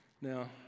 Now